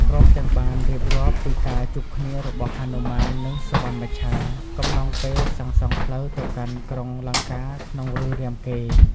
ព្រមទាំងបាន រៀបរាប់ពីការជួបគ្នារបស់ ហនុមាន និង សុវណ្ណមច្ឆា កំឡុងពេលសាងសង់ផ្លូវទៅកាន់ក្រុងលង្កាក្នុង រឿងរាមកេរ្តិ៍។